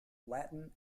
latin